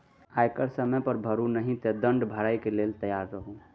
आयकर समय पर भरू नहि तँ दण्ड भरबाक लेल तैयार रहु